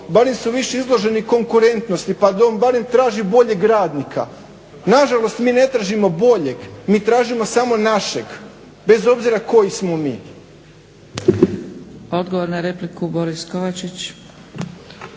barem su više izloženi konkurentnosti, pa da on barem traži boljeg radnika. Na žalost mi ne tražimo boljeg. Mi tražimo samo našeg, bez obzira koji smo mi.